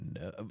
no